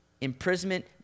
imprisonment